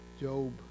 Job